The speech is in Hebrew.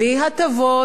בלי הטבות,